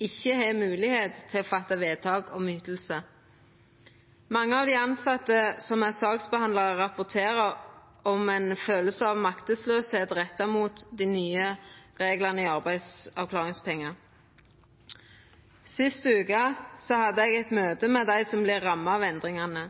ikkje har mogelegheit til å gjera vedtak om yting. Mange av dei tilsette som er saksbehandlarar, rapporterer om ein følelse av maktesløyse retta mot dei nye reglane om arbeidsavklaringspengar. Sist veke hadde eg eit møte med dei som vert ramma av endringane.